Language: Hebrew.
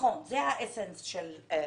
של רצח.